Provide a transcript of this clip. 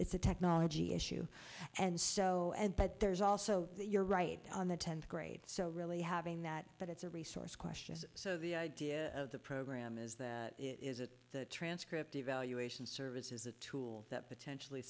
technology issue and so and but there's also you're right on the tenth grade so really having that but it's a resource question is so the idea of the program is that it is a transcript evaluation service is a tool that potentially